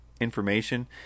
information